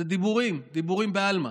אלו דיבורים, דיבורים בעלמא.